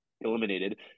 eliminated